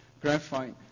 graphite